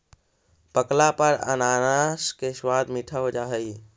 पकला पर अनानास के स्वाद मीठा हो जा हई